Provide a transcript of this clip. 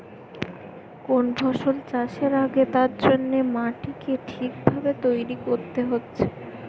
কোন ফসল চাষের আগে তার জন্যে মাটিকে ঠিক ভাবে তৈরী কোরতে হচ্ছে